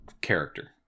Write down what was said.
character